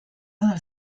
del